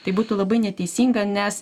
tai būtų labai neteisinga nes